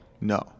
No